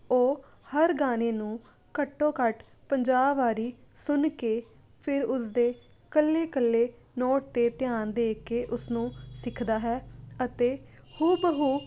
ਉਹ ਹਰ ਗਾਣੇ ਨੂੰ ਘੱਟੋ ਘੱਟ ਪੰਜਾਹ ਵਾਰੀ ਸੁਣ ਕੇ ਫਿਰ ਉਸਦੇ ਇਕੱਲੇ ਇਕੱਲੇ ਨੋਟ 'ਤੇ ਧਿਆਨ ਦੇ ਕੇ ਉਸਨੂੰ ਸਿੱਖਦਾ ਹੈ ਅਤੇ ਹੂ ਬ ਹੂ